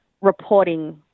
reporting